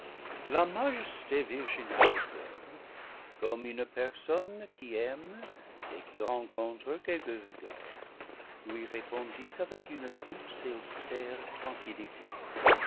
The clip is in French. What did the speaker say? d'eve comme une personne qui aime et qui rencontre quelque rigueur lui répondit avec une douce et austère tranquillité